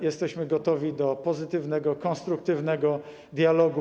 Jesteśmy gotowi do pozytywnego, konstruktywnego dialogu.